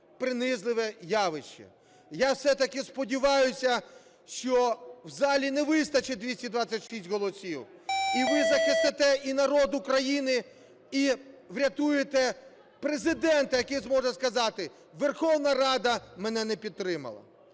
принизливе явище. Я все-таки сподіваюся, що в залі не вистачить 226 голосів, і ви захистите і народ України, і врятуєте Президента, який зможе сказати: "Верховна Рада мене не підтримала".